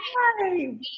hi